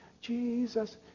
Jesus